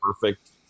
perfect